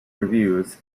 reviews